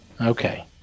Okay